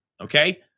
okay